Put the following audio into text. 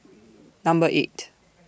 Number eight